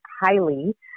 highly